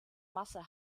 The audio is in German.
masse